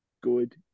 good